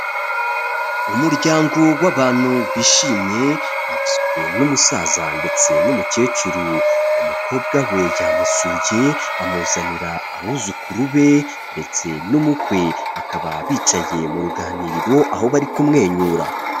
Umuryango w'abantu bishimye bagizwe n'umusaza ndetse n'umukecuru, umukobwa we yamusuye amuzanira abuzukuru be ndetse n'umukwe, bakaba bicaye mu ruganiriro aho bari kumwenyura.